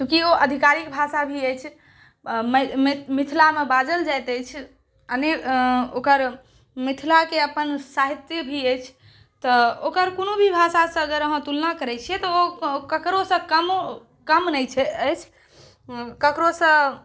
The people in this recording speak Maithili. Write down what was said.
चूँकि ओ आधिकारिक भाषा भी अछि मिथिलामे बाजल जायत अछि ओकर मिथिलाके अपन साहित्य भी अछि तऽ ओकर कोनो भी भाषासँ अगर अहाँ तुलना करय छिय तऽ ओ ककरोसँ कम नहि छै अछि ककरोसँ